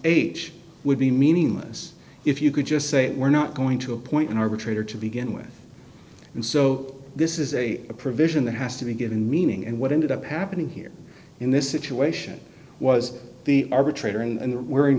age would be meaningless if you could just say we're not going to appoint an arbitrator to begin with and so this is a provision that has to be given meaning and what ended up happening here in this situation was the arbitrator and the were in